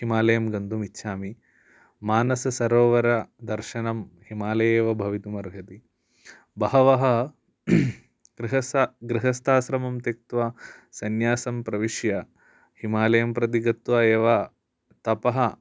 हिमालयं गन्तुम् इच्छामि मानसरोवरदर्शनं हिमालये एव भवितुम् अर्हति बहवः गृहसा गृहस्थाश्रमं त्यक्त्वा सन्यासं प्रविश्य हिमालयं प्रति गत्वा एव तपः